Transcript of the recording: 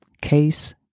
Case